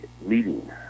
meeting